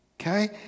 okay